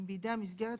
אם בידי המסגרת,